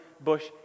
bush